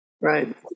Right